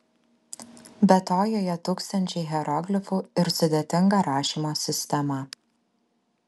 be to joje tūkstančiai hieroglifų ir sudėtinga rašymo sistema